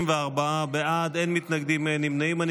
34 בעד, אין מתנגדים, אין נמנעים.